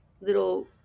little